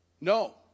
no